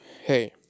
hey